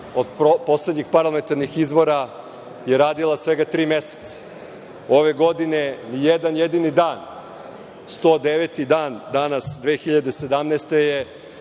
od poslednjih parlamentarnih izbora radila svega tri meseca. Ove godine – ni jedan jedini dan. Danas, 2017.